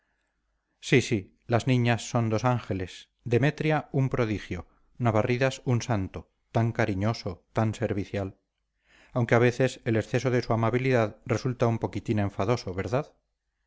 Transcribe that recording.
sí sí las niñas son dos ángeles demetria un prodigio navarridas un santo tan cariñoso tan servicial aunque a veces el exceso de su amabilidad resulta un poquitín enfadoso verdad